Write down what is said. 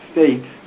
States